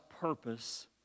purpose